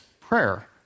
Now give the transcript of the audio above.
prayer